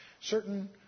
certain